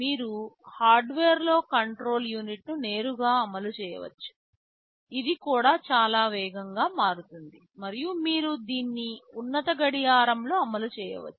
మీరు హార్డ్వేర్లో కంట్రోల్ యూనిట్ను నేరుగా అమలు చేయవచ్చు ఇది కూడా చాలా వేగంగా మారుతుంది మరియు మీరు దీన్ని ఉన్నత గడియారంలో అమలు చేయవచ్చు